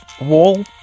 wall